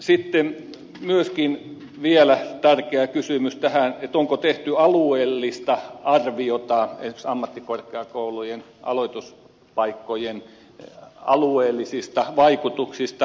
sitten myöskin vielä tärkeä kysymys tähän onko tehty alueellista arviota esimerkiksi ammattikorkeakoulujen aloituspaikkojen alueellisista vaikutuksista